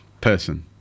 Person